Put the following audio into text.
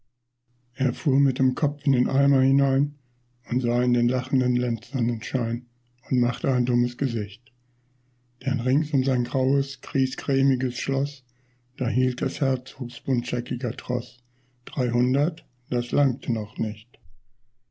er fuhr mit dem kopf in den eimer hinein und sah in den lachenden lenzsonnenschein und machte ein dummes gesicht denn rings um sein graues griesgrämiges schloß da hielt des herzogs buntscheckiger troß dreihundert das langte noch nicht